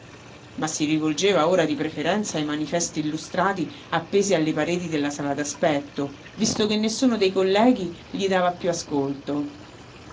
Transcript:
ma si rivolgeva ora di preferenza ai manifesti illustrati appesi alle pareti della sala d'aspetto visto che nessuno dei colleghi gli dava piú ascolto